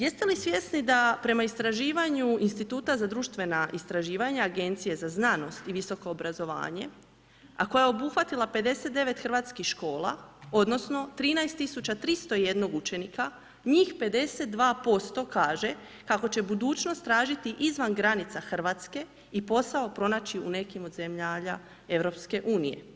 Jeste li svjesni da prema istraživanju Instituta za društvena istraživanja, Agencije za znanost i visoko obrazovanje, a koja je obuhvatila 59 hrvatskih škola, odnosno 13 301 učenika, njih 52% kaže kako će budućnost tražiti izvan granica Hrvatske i posao pronaći u nekim od zemalja EU.